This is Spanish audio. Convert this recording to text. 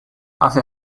hace